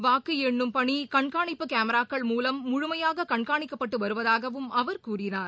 வாக்கு எண்ணும் பணி கண்காணிப்பு கேமிராக்கள் மூலம் முழுமையாக கண்காணிக்கப்பட்டு வருவதாகவும் அவர் கூறினார்